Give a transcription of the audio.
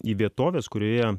į vietovės kurioje